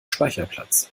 speicherplatz